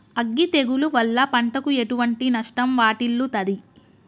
అగ్గి తెగులు వల్ల పంటకు ఎటువంటి నష్టం వాటిల్లుతది?